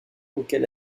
auquel